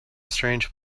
strange